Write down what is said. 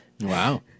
Wow